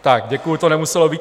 Tak děkuji, to nemuselo být.